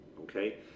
okay